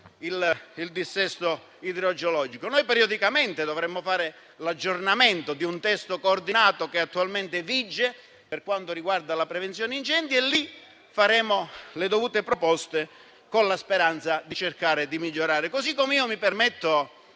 il dissesto idrogeologico. Periodicamente dovremo fare l'aggiornamento di un testo coordinato, attualmente vigente per quanto riguarda la prevenzione incendi, e lì faremo le dovute proposte con la speranza di cercare di migliorare. Mi permetto